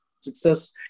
success